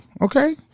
Okay